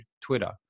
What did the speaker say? Twitter